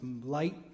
light